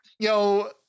Yo